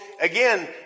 again